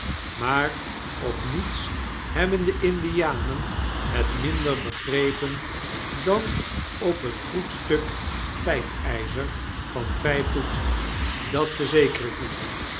maar op niets hebben die indianen het minder begrepen dan op een goed stuk pijpijzer van vyf voet dat verzeker ik u